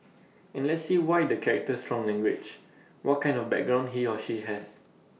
and let's see why the character strong language what kind of background he or she has